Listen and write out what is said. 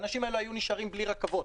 האנשים האלה היו נשארים בלי רכבות.